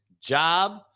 job